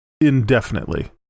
indefinitely